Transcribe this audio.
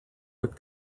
would